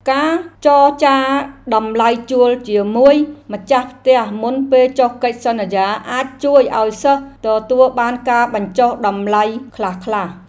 ការចរចាតម្លៃជួលជាមួយម្ចាស់ផ្ទះមុនពេលចុះកិច្ចសន្យាអាចជួយឱ្យសិស្សទទួលបានការបញ្ចុះតម្លៃខ្លះៗ។